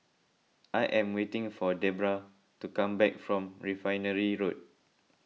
I am waiting for Debrah to come back from Refinery Road